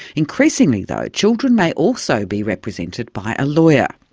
increasingly, though, children may also be represented by a lawyer.